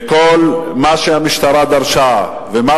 וכל מה שהמשטרה דרשה, ומה